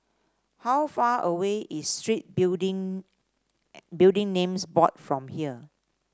how far away is Street Building Building Names Board from here